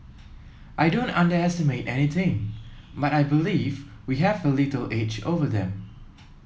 I don't underestimate any team but I believe we have a little edge over them